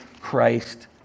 christ